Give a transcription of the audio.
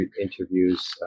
interviews